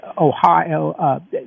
Ohio